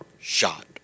shot